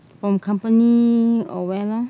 from company or where lor